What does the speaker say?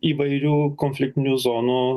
įvairių konfliktinių zonų